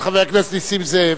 את חבר הכנסת נסים זאב.